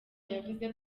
yavuze